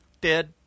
Dead